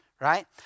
right